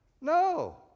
No